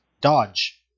Dodge